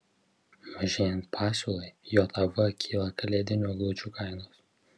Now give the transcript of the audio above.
mažėjant pasiūlai jav kyla kalėdinių eglučių kainos